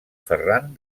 ferran